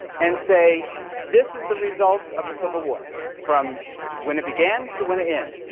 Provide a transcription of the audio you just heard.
and say this is the result of the civil war from when it began to when it end.